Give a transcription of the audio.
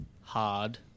hard